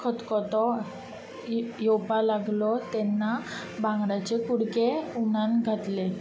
खतखतो ये येवपाक लागलो तेन्ना बांगड्याचे कुडके हुमणान घातले